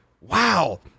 wow